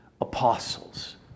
apostles